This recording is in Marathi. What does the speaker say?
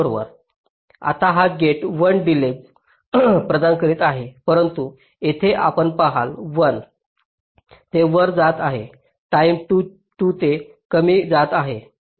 आता हा गेट 1 डिलेज प्रदान करीत आहे परंतु येथे आपण पहाल 1 ते वर जात आहे टाईम 2 ते कमी जात आहे